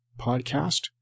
podcast